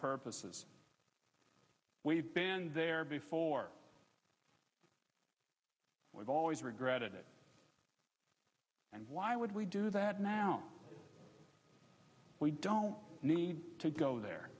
purposes we've been there before we've always regretted it and why would we do that now we don't need to go